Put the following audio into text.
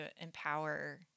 empower